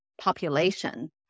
population